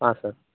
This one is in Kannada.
ಹಾಂ ಸರ್